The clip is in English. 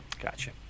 Gotcha